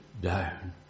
down